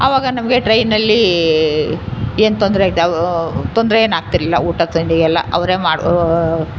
ಅವಾಗ ನಮಗೆ ಟ್ರೈನ್ನಲ್ಲಿ ಏನು ತೊಂದರೆ ಇದೆ ಅವು ತೊಂದರೆ ಏನು ಆಗ್ತಿರಲಿಲ್ಲ ಊಟ ತಿಂಡಿ ಎಲ್ಲ ಅವರೇ ಮಾಡೋ